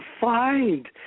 find